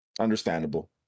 understandable